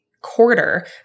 quarter